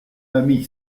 ami